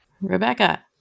Rebecca